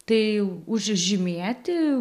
tai už žymėti